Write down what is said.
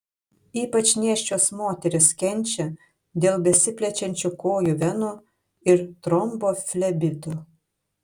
ypač nėščios moterys kenčia dėl besiplečiančių kojų venų ir tromboflebitų